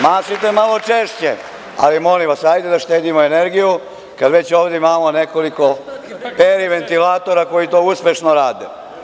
Mašite malo češće, ali molim vas, hajde da štedimo energiju, kada već ovde imamo nekoliko peri ventilatora, koji to uspešno rade.